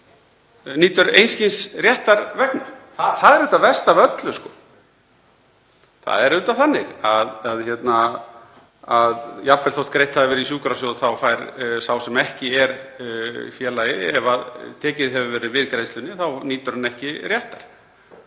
nýtur einskis réttar vegna. Það er verst af öllu. Það er auðvitað þannig að jafnvel þótt greitt hafi verið í sjúkrasjóð fær sá sem ekki er félagi — ef tekið hefur verið við greiðslunni þá nýtur hann ekki réttar.